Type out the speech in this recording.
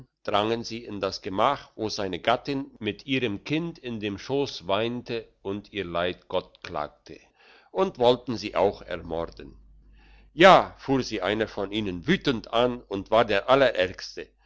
drangen sie in das gemach wo seine gattin mit ihrem kind in dem schoss weinte und ihr leid gott klagte und wollten sie auch ermorden ja fuhr sie einer von ihnen wütend an und war der allerärgste